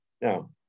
Now